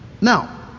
Now